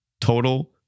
total